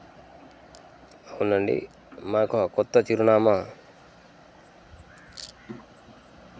అవునండి మాకా కొత్త చిరునామా